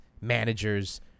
managers